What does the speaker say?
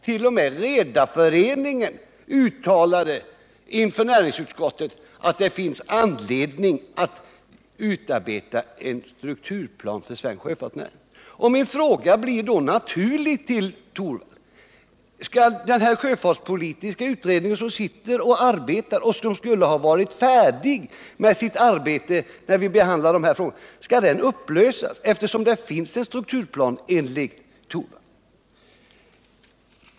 T. o. m. Redareföreningen uttalade inför näringsutskottet att det finns anledning att utarbeta en strukturplan för svensk sjöfartsnäring. Min fråga till Rune Torwald blir då: Skall vi upplösa den sjöfartspolitiska utredning som nu arbetar och som skulle ha varit färdig med sitt arbete inför behandlingen av dessa frågor? Det finns ju redan en strukturplan, enligt Rune Torwald.